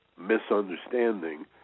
misunderstanding